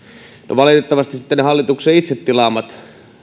valitettavasti sitten ne hallituksen itse tilaamat